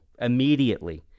immediately